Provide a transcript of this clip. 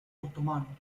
otomano